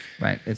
Right